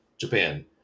Japan